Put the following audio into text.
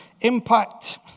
impact